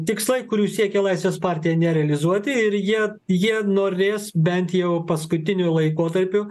tikslai kurių siekia laisvės partija nerealizuoti ir jie jie norės bent jau paskutiniu laikotarpiu